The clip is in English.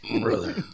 Brother